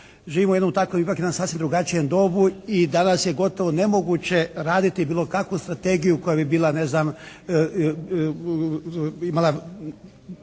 Živimo u jednom tako ipak jednom sasvim drugačijem dobu i danas je gotovo nemoguće raditi bilo kakvu strategiju koja bi bila,